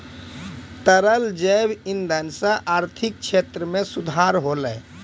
तरल जैव इंधन सँ आर्थिक क्षेत्र में सुधार होलै